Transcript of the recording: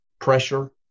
pressure